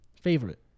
Favorite